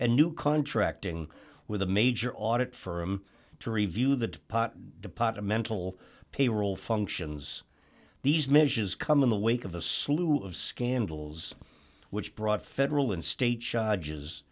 and new contracting with a major audit firm to review the pot departmental payroll functions these measures come in the wake of a slew of scandals which brought federal and state charges